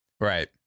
Right